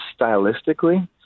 stylistically